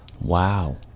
Wow